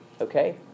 okay